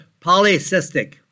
polycystic